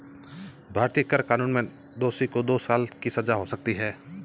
भारतीय कर कानून में दोषी को दो साल की सजा हो सकती है